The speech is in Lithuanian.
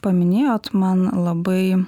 paminėjot man labai